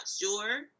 sure